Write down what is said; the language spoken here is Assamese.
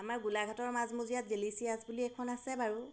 আমাৰ গোলাঘাটৰ মাজমজিয়াত ডেলিচিয়াছ বুলি এখন আছে বাৰু